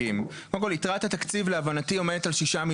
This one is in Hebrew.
כול, יתרת התקציב, להבנתי, עומדת על 3.2